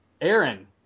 Aaron